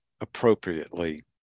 appropriately